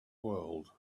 world